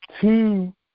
two